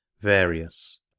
various